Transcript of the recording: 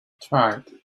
tried